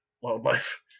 wildlife